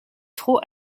trop